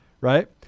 right